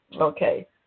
Okay